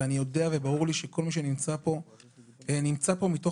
ואני יודע וברור לי שכל מי שנמצא פה נמצא מתוך